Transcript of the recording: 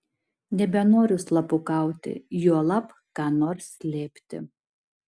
nebenoriu slapukauti juolab ką nors slėpti